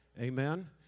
Amen